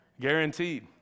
Guaranteed